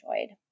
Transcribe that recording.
enjoyed